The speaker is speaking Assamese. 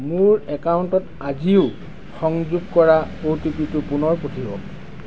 মোৰ একাউণ্টত আজিও সংযোগ কৰা অ' টি পিটো পুনৰ পঠিৱাওক